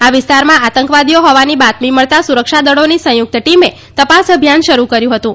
આ વિસ્તારમાં આતંકવાદીઓ હોવાની બાતમી મળતા સુરક્ષાદળોની સંયુક્ત ટીમે ત ાસ અભિયાન શરૂ કર્યું હતું